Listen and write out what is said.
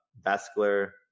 vascular